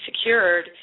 secured